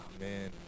man